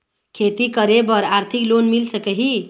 खेती करे बर आरथिक लोन मिल सकही?